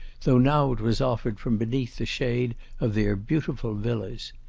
though now it was offered from beneath the shade of their beautiful villas.